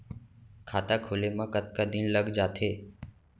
खाता खुले में कतका दिन लग जथे?